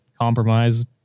compromise